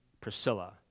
Priscilla